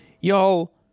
Y'all